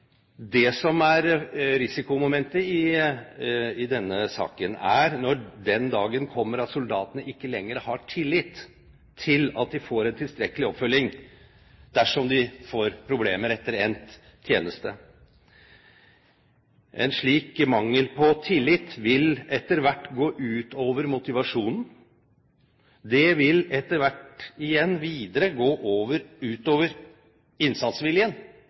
Det som er risikomomentet i denne saken, er når den dagen kommer da soldatene ikke lenger har tillit til at de får en tilstrekkelig oppfølging dersom de får problemer etter endt tjeneste. En slik mangel på tillit vil etter hvert gå ut over motivasjonen. Det vil etter hvert igjen gå ut over innsatsviljen,